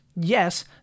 Yes